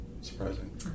surprising